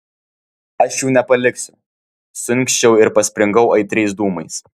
aš jų nepaliksiu suinkščiau ir paspringau aitriais dūmais